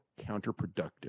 counterproductive